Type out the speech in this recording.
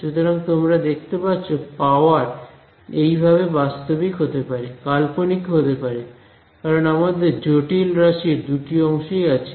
সুতরাং তোমরা দেখতে পাচ্ছ পাওয়ার এইভাবে বাস্তবিক হতে পারে কাল্পনিকও হতে পারে কারণ আমাদের জটিল রাশির দুটি অংশই আছে